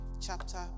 chapter